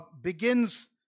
begins